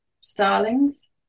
starlings